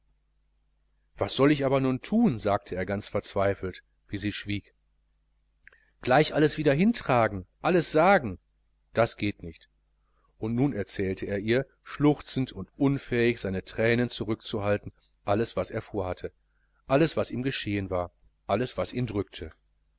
was soll ich aber nun thun sagte er ganz verzweifelt wie sie schwieg gleich alles wieder hintragen alles sagen das geht nicht und nun erzählte er ihr schluchzend und unfähig seine thränen zurückzuhalten alles was er vorhatte alles was ihm geschehen war alles was ihn drückte